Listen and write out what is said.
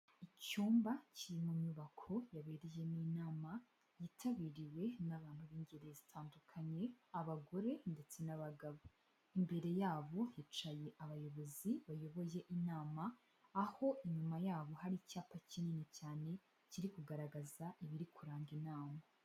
Icyumba cy'ino nyubako yabereye inama yitabiriwe n'abantu b'ingeri zitandukanye abagore ndetse n'abagabo, imbere yabo hicaye abayobozi bayoboye inama aho inyuma yabo hari icyapa kinini cyane kiri kugaragaza ibiri kuranga inama.